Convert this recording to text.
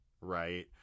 right